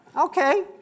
Okay